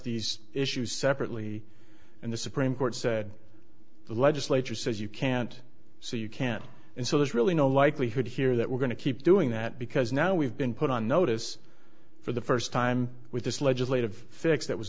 these issues separately and the supreme court said the legislature says you can't so you can't and so there's really no likelihood here that we're going to keep doing that because now we've been put on notice for the first time with this legislative fix that was